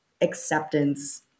acceptance